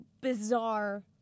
bizarre